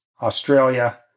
Australia